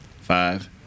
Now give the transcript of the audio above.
Five